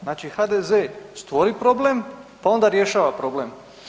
Znači HDZ stvori problem, pa onda rješava problem.